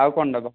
ଆଉ କ'ଣ ନେବ